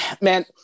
man